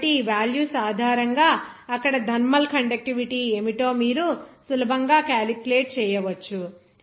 కాబట్టి ఈ వాల్యూస్ ఆధారంగా అక్కడ థర్మల్ కండక్టివిటీ ఏమిటో మీరు సులభంగా క్యాలిక్యులేట్ చేయవచ్చు